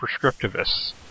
prescriptivists